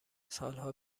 سالها